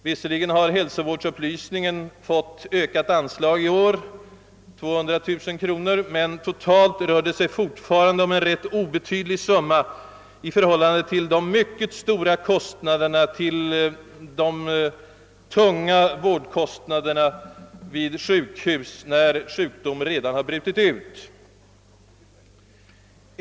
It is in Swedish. Visserligen har hälsovårdsupplysningen fått ökat anslag i år — en ökning med 200 000 kronor — men totalt rör det sig fortfarande om en rätt obetydlig summa i förhållande till de tunga vårdkostnaderna vid sjukhusen d.v.s. för samhällets insatser när sjukdom redan brutit ut.